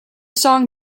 song